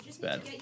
bad